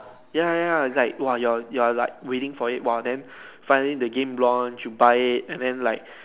ya ya ya that !woah! you're you're like waiting for it whoa then finally the game launch you buy it and then like